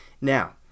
Now